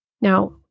Now